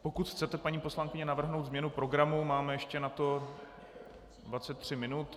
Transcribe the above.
Pokud chcete, paní poslankyně, navrhnout změnu programu, máte ještě na to 23 minut.